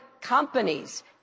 companies